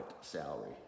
salary